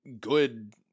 good